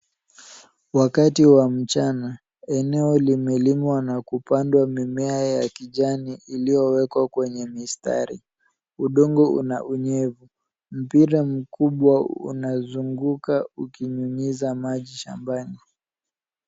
Wakati wa mchana, eneo limelimwa na kupandwa mimea ya kijani iliowekwa kwenye mistari. Udongo una unyevu. Mpira mkubwa unazunguka ukinyunyiza maji shambani.